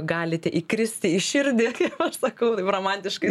galite įkristi į širdį kaip aš sakau taip romantiškai